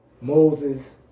Moses